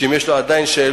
ואם יש לו עדיין שאלות,